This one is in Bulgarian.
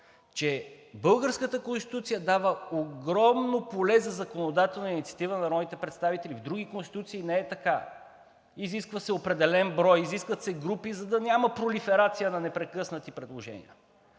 че българската Конституция дава огромно поле за законодателна инициатива на народните представители. В други конституции не е така – изисква се определен брой, изискват се групи, за да няма пролиферация на непрекъснати предложения.